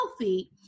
healthy